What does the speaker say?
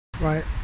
right